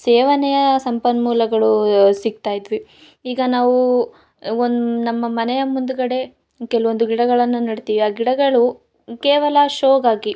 ಸೇವನೆಯ ಸಂಪನ್ಮೂಲಗಳು ಸಿಕ್ತಯಿದ್ವು ಈಗ ನಾವು ಒಂದು ನಮ್ಮ ಮನೆಯ ಮುಂದ್ಗಡೆ ಕೆಲವೊಂದು ಗಿಡಗಳನ್ನು ನೆಡ್ತಿವಿ ಆ ಗಿಡಗಳು ಕೇವಲ ಶೋಗಾಗಿ